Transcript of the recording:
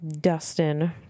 Dustin